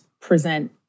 present